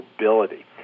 mobility